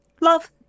Love